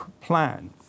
plan